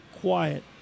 quiet